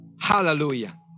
Hallelujah